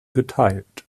geteilt